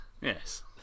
Yes